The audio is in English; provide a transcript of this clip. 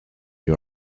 you